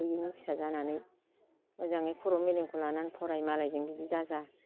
गोयैनि फिसा जानानै मोजाङै खर' मेलेमखौ लानानै फराय मालायजों बिदि दाजा